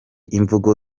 imvugo